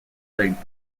plagued